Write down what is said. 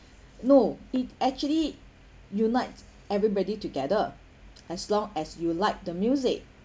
no it actually unites everybody together as long as you like the music